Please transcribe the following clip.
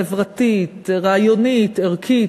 חברתית, רעיונית, ערכית,